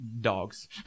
dogs